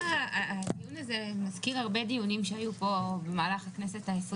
הדיון הזה מזכיר הרבה דיונים שהיו פה במהלך הכנסת ה-20